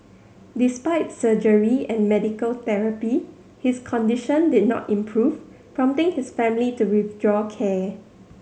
despite surgery and medical therapy his condition did not improve prompting his family to withdraw care